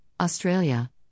Australia